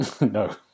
No